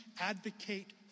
advocate